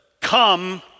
come